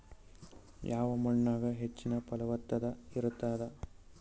ಯಾವ ಮಣ್ಣಾಗ ಹೆಚ್ಚಿನ ಫಲವತ್ತತ ಇರತ್ತಾದ?